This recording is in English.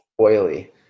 Oily